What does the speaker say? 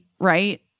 right